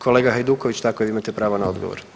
Kolega Hajduković, tako, imate pravo na odgovor.